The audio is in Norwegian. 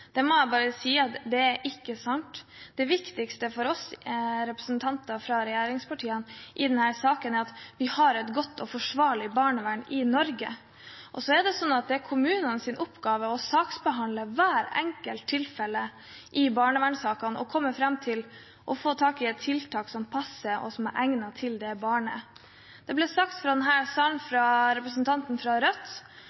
regjeringspartiene i denne saken, er at vi har et godt og forsvarlig barnevern i Norge. Det er kommunenes oppgave å saksbehandle hvert enkelt tilfelle i barnevernssakene og komme fram til, få tak i, et tiltak som passer, og som er egnet for det barnet. Det ble sagt i denne salen av representanten fra